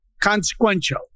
consequential